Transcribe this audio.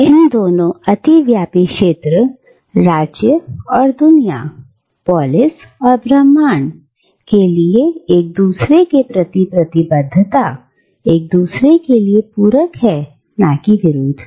इन दोनों अति व्यापी क्षेत्र राज्य और दुनिया पोलिस और ब्रह्मांड के लिए एक दूसरे के प्रति प्रतिबद्धता एक दूसरे के लिए पूरक है ना कि विरोध में